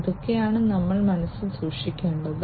ഇതൊക്കെയാണ് നമ്മൾ മനസ്സിൽ സൂക്ഷിക്കേണ്ടത്